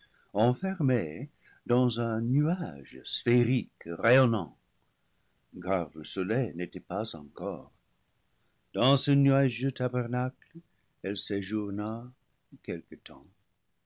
fermée dans un nuage sphérique rayonnant car le soleil n'était pas encore dans ce nuageux tabernacle elle séjourna quelque temps